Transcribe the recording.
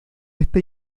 esta